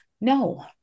No